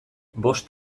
bost